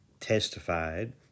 testified